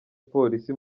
polisi